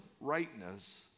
rightness